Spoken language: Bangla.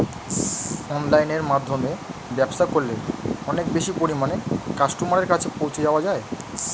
অনলাইনের মাধ্যমে ব্যবসা করলে অনেক বেশি পরিমাণে কাস্টমারের কাছে পৌঁছে যাওয়া যায়?